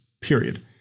Period